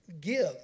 give